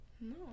no